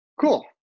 Cool